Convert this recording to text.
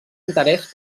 interès